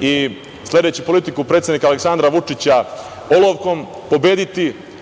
i sledeći politiku Aleksandra Vučića olovkom pobediti